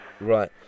Right